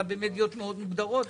אלא במדיות מאוד מוגדרות.